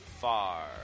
far